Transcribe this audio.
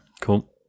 Cool